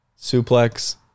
Suplex